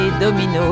Domino